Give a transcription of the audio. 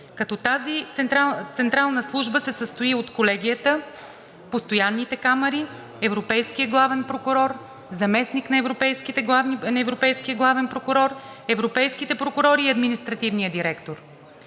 като тази централна служба се състои от: Колегията, постоянните камари, европейския главен прокурор, заместник на европейския главен прокурор, европейските прокурори и административния директор.